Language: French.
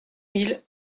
mille